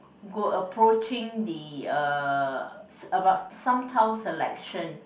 go approaching the uh about some town selection